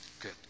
good